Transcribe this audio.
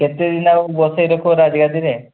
କେତେ ଦିନ ଆଉ ବସାଇ ରଖିବ ରାଜଗାଦିରେ